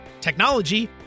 technology